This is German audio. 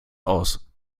aus